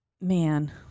man